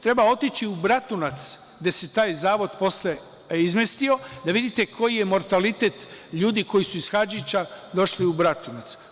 Treba otići u Bratunac, gde se taj zavod posle izmestio, da vidite koji je mortalitet ljudi koji su iz Hadžića došli u Bratunac.